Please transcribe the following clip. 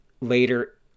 later